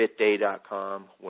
FitDay.com